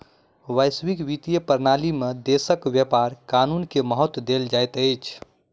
वैश्विक वित्तीय प्रणाली में देशक व्यापार कानून के महत्त्व देल जाइत अछि